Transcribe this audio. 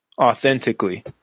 authentically